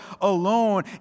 alone